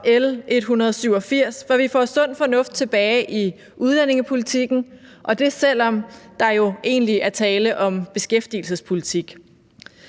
L 187, for vi får sund fornuft tilbage i udlændingepolitikken, og det selv om der jo egentlig er tale om beskæftigelsespolitik.